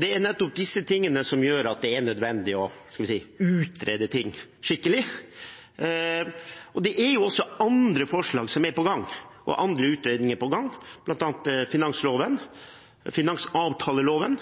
Det er nettopp disse tingene som gjør at det er nødvendig å utrede ting skikkelig. Det er også andre forslag som er på gang, og andre utredninger, bl.a. når det gjelder finansavtaleloven.